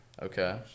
Okay